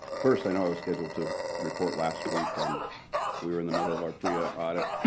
first, i know i was scheduled to report last week, and we were in the middle of our prea audit.